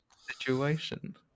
situation